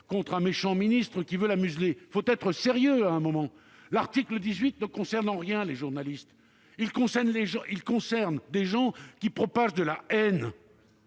contre un méchant ministre voulant la museler. Il faut être sérieux, à un moment donné ! L'article 18 ne concerne en rien les journalistes. Il vise les gens qui propagent la haine